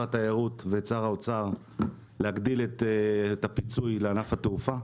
התיירות ואת שר האוצר להגדיל את הפיצוי לענף התעופה.